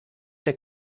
der